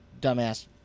dumbass